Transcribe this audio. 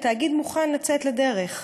התאגיד מוכן לצאת לדרך.